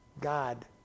God